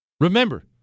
Remember